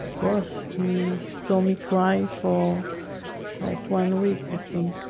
course. he saw me cry for like one week i think.